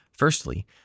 Firstly